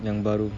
yang baru